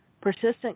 Persistent